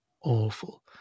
awful